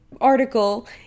article